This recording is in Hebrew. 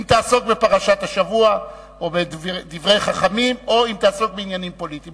אם תעסוק בפרשת השבוע או בדברי חכמים או אם תעסוק בעניינים פוליטיים.